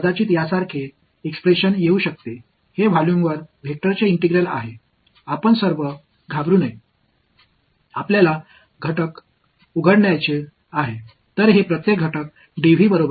சில நேரங்களில் இது போன்ற ஒரு வெளிப்பாட்டை நீங்கள் சந்திக்க நேரிடலாம் இது ஒரு வெக்டர் இன்டெக்ரால்ஸ் பகுதியாகும் நாம் பயப்படக்கூடாது நாம் செய்ய வேண்டியது கூறுகளைத் திறப்பதுதான்